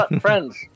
friends